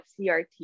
CRT